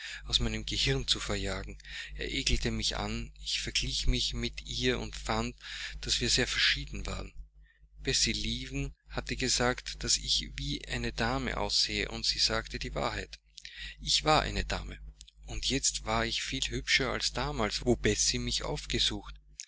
aus meinem gehirn zu verjagen er ekelte mich an ich verglich mich mit ihr und fand daß wir sehr verschieden waren bessie leaven hatte gesagt daß ich wie eine dame aussähe und sie sagte die wahrheit ich war eine dame und jetzt war ich viel hübscher als damals wo bessie mich aufgesucht